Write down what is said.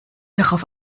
darauf